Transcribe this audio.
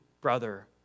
brother